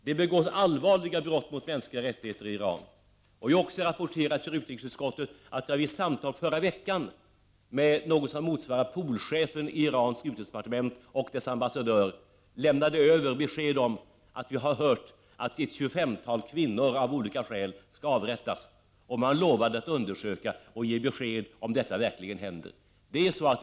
Där begås allvarliga brott mot mänskliga rättigheter. Jag har också rapporterat för utrikesutskot — Prot. 1989/90:35 tet att jag i förra veckan hade ett samtal med polchefen i Irans utrikesdepar — 29 november 1989 tement och dess ambassadör. Jag meddelade att vi har hört att ett tjugofem: AA tal kvinnor av olika skäl skall avrättas, och man lovade att undersöka och ge besked om detta verkligen händer.